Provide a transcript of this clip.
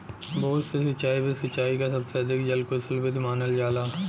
बूंद से सिंचाई विधि सिंचाई क सबसे अधिक जल कुसल विधि मानल जाला